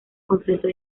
completó